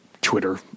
Twitter